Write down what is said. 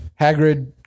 Hagrid